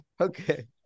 Okay